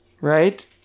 Right